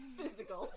physical